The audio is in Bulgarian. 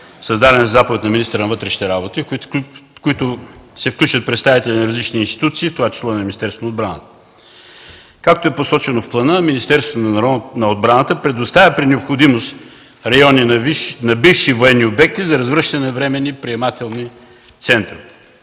създадена със заповед на министъра на вътрешните работи, в която са включени представители на различни институции, в това число и на Министерството на отбраната. Както е посочено в плана, Министерството на отбраната при необходимост предоставя райони на бивши военни обекти за разгръщане на временни приемателни центрове.